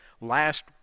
last